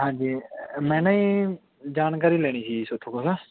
ਹਾਂਜੀ ਮੈਂ ਨਾ ਜੀ ਜਾਣਕਾਰੀ ਲੈਣੀ ਸੀ ਥੋਤੋਂ ਕੁਛ